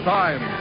time